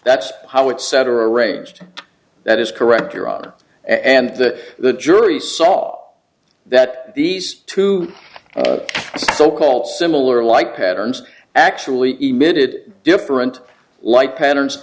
that's how it cetera arranged that is correct your honor and that the jury saw that these two so called similar like patterns actually emitted different light patterns